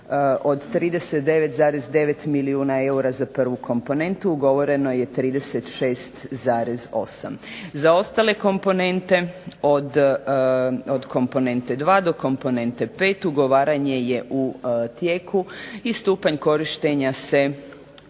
od 39,9 milijuna eura za prvu komponentu ugovoreno je 36,8. Za ostale komponente, od komponente 2 do komponente 5 ugovaranje je u tijeku, i stupanj korištenja se